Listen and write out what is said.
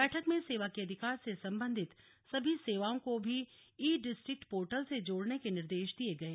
बैठक में सेवा के अधिकार से सबंधित सभी सेवाओं को भी इडिस्ट्रिक्ट पोर्टल से जोड़ने के निर्देश दिये गये